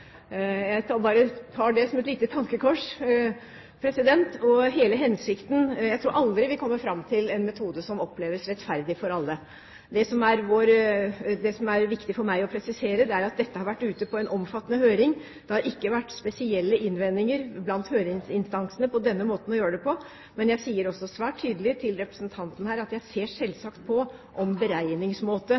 Jeg tar det som et lite tankekors. Jeg tror aldri vi kommer fram til en metode som oppleves som rettferdig for alle. Det som er viktig for meg å presisere, er at dette har vært ute på en omfattende høring. Det har ikke vært spesielle innvendinger blant høringsinstansene mot denne måten å gjøre det på, men jeg sier også svært tydelig til representanten her at jeg ser selvsagt på om beregningsmåte